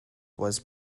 was